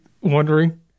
wondering